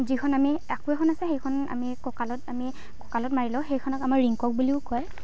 যিখন আমি আকৌ এখন আছে সেইখন আমি কঁকালত আমি কঁকালত মাৰি লওঁ সেইখনক আমাৰ ৰিংকক বুলিও কয়